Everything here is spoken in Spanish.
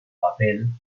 papel